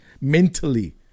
mentally